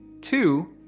Two